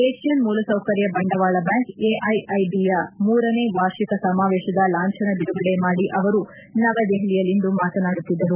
Asian ಮೂಲಸೌಕರ್ಯ ಬಂಡವಾಳ bank ಎಐಐಟಿಬಿಯ ಮೂರನೇ ವಾರ್ಷಿಕ ಸಮಾವೇಶದ ಲಾಂಛನ ಬಿಡುಗಡೆ ಮಾದಿ ಅವರು ನವದೆಹಲಿಯಲ್ಲಿಂದು ಮಾತನಾಡುತ್ತಿದ್ದರು